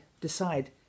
decide